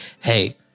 hey